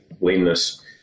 leanness